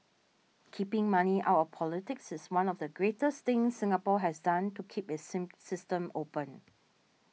keeping money out of politics is one of the greatest things Singapore has done to keep its system open